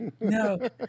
No